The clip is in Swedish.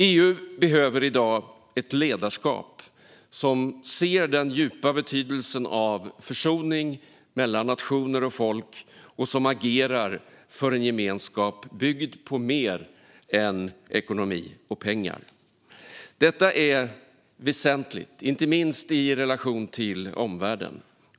EU behöver i dag ett ledarskap som ser den djupa betydelsen av försoning mellan nationer och folk och som agerar för en gemenskap byggd på mer än ekonomi och pengar. Detta är väsentligt, inte minst i relation till omvärlden.